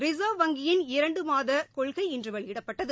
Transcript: reserve வங்கியின் இரண்டு மாத கொள்கை இன்று வெளியிடப்பட்டது